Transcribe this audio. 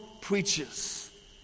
preaches